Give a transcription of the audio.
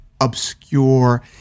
obscure